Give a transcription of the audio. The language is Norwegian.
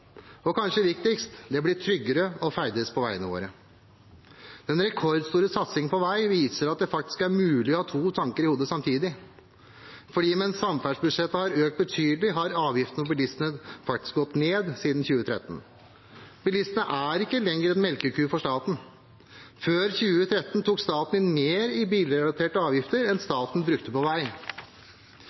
Og kanskje viktigst: Det blir tryggere å ferdes på veien våre. Den rekordstore satsingen på vei viser at det er mulig å ha to tanker i hodet samtidig. For mens samferdselsbudsjettet har økt betydelig, har avgiftene for bilistene gått ned siden 2013. Bilistene er ikke lenger en melkeku for staten. Før 2013 tok staten inn mer i bilrelaterte avgifter enn den brukte på vei.